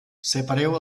separeu